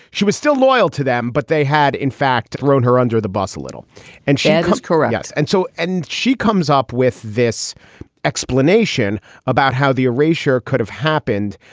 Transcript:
she was still loyal to them, but they had, in fact, thrown her under the bus a little and she and was courageous. and so and she comes up with this explanation about how the erasure could have happened.